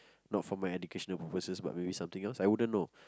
not for my educational purposes but maybe something else I wouldn't know